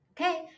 Okay